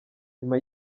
nyuma